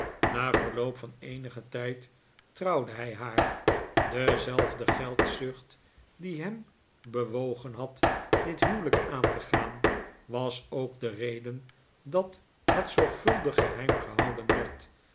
na verloop van eenigen tijd trouwde hij haar dezelfde geldzucht die hem bewogen had dit huwelijk aan te gaan was ook de reden dat het zorgvuldig geheim gehouden werd